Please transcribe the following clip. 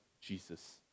Jesus